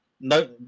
No